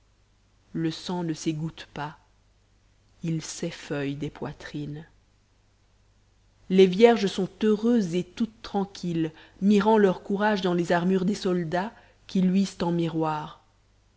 le sang ne s'égoutte pas il s'effeuille des poitrines les vierges sont heureuses et toutes tranquilles mirant leur courage dans les armures des soldats qui luisent en miroirs